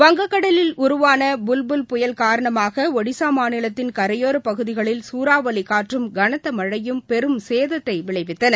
வங்கக்கடலில் உருவான புல் புல் புயல் காரணமாக ஒடிசா மாநிலத்தின் கரையோர பகுதிகளில் சூறாவளி காற்றும் கனத்த மழையும் பெரும் சேதத்தை விளைவித்தன